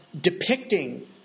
depicting